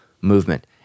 movement